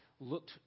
looked